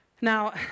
Now